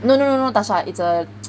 no no no not tasha it's err